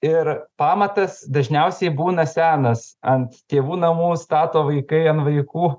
ir pamatas dažniausiai būna senas ant tėvų namų stato vaikai ant vaikų